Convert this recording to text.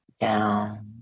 down